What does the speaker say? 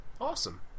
Awesome